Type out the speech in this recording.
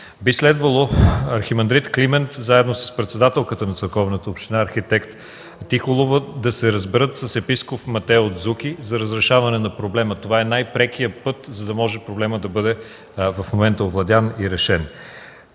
Би следвало архимандрит Климент заедно с председателката на църковната община арх. Тихолова да се разберат с епископ Матео Дзупи за разрешаване на проблема. Това е най-прекият път, за да може в момента проблемът да бъде овладян и решен.